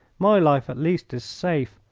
my life, at least, is safe.